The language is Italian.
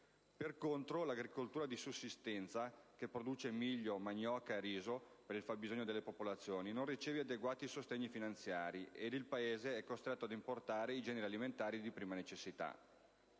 Per contro l'agricoltura di sussistenza, che produce miglio, manioca e riso per il fabbisogno della popolazione, non riceve adeguati sostegni finanziari ed il Paese è costretto ad importare i generi alimentari di prima necessità.